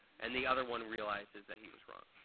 and the other one realizes that he was wrong.